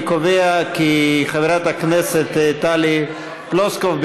אני קובע כי חברת הכנסת טלי פלוסקוב,